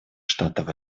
штатов